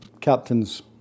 captain's